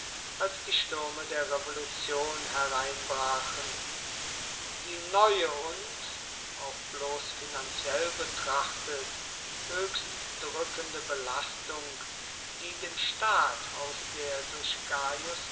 als die stürme der revolution hereinbrachen die neue und auch bloß finanziell betrachtet höchst drückende belastung die dem staat aus der